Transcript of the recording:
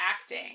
acting